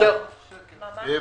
ממש לא.